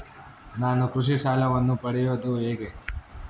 ನಾನು ಕೃಷಿ ಸಾಲವನ್ನು ಪಡೆಯೋದು ಹೇಗೆ?